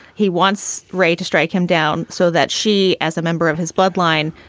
he wants ray to strike him down so that she, as a member of his bloodline,